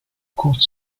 court